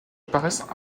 apparaissent